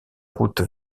route